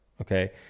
Okay